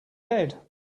bed